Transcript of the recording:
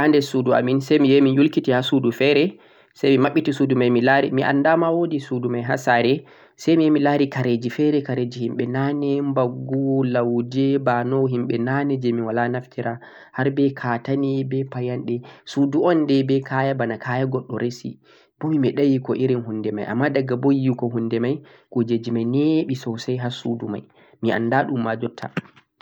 nyannde feere mi ɗon dilla ha nder suudu amin, say mi yahi mi yulkiti ha nder suudu feere, say mi maɓɓiti suudu may mi laari, mi annda ma woodi suudu may ha saare, say mi yahi mi laari kareeji feere kareeji himɓe naane, mbaggu, lawjee, bano himɓe naane jee min walaa naftira har be ka'tane, be payanɗe. suudu un day be kaya bana kaya goɗɗo resi, bo mi meeɗay yiwugo irin huunde may ammaa bo diga yiwugo huunde may, kuujeeeji may ne ɓi soosay ha suudu may, mi annda ɗum ma jotta